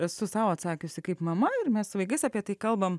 esu sau atsakiusi kaip mama ir mes su vaikais apie tai kalbam